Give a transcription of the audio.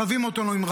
רכבים אוטונומיים,